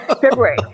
February